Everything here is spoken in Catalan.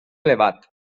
elevat